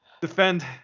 defend